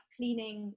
Cleaning